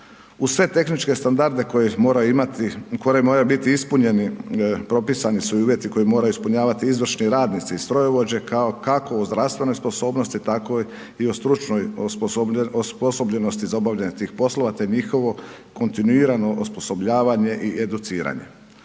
Uz sve tehničke standarde koji moraju biti ispunjeni, propisani su i uvjeti koje moraju ispunjavati izvršni radnici i strojovođe kao kako u zdravstvenoj sposobnosti tako i u stručnoj osposobljenosti za obavljanje tih poslova te njihovo kontinuirano osposobljavanje i educiranje.